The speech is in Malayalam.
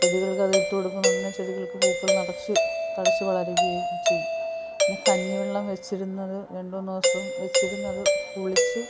ചെടികൾക്കതിട്ട് കൊടുക്കുന്നൊടന്നെ ചെടികൾക്ക് പൂക്കൾ നിറച്ച് തഴച്ച് വളരുകയും ചെയ്യും പിന്നെ കഞ്ഞി വെള്ളം വെച്ചിരുന്നത് രണ്ട് മൂന്ന് ദിവസം വെച്ചിരുന്നത് പുളിച്ച്